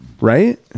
right